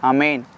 Amen